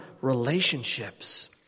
relationships